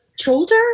Shoulder